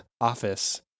office